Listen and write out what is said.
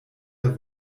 der